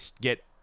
get